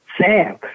Sam